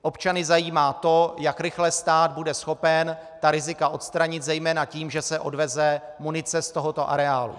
Občany zajímá to, jak rychle stát bude schopen ta rizika odstranit, zejména tím, že se odveze munice z tohoto areálu.